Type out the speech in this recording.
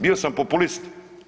Bio sam populist.